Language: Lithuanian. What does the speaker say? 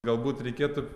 galbūt reikėtų